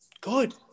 good